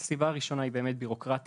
הסיבה הראשונה היא באמת בירוקרטיה,